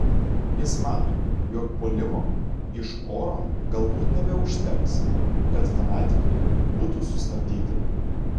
jis mano jog puolimo iš oro galbūt nebeužteks kad fanatikai būtų sustabdyti